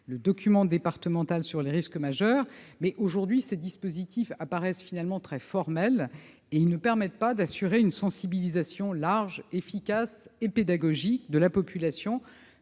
au document départemental sur les risques majeurs. Néanmoins, ces dispositifs paraissent aujourd'hui très formels et ne permettent pas d'assurer une sensibilisation large, efficace et pédagogique de la population